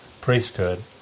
priesthood